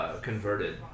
converted